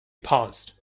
paused